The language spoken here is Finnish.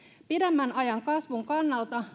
pidemmän ajan kasvun kannalta